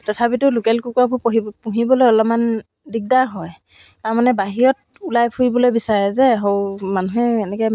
তাৰপিছত মই যেতিয়া ডাঙৰ হৈ আহিলোঁ তেতিয়া মই মেট্ৰিক দি পিনি মেট্ৰিক দিয়াৰ পিছত যেতিয়া